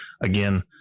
again